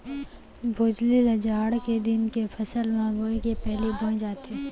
भोजली ल जाड़ के दिन के फसल ल बोए के पहिली बोए जाथे